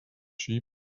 sheep